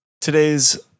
today's